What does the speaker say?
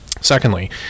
Secondly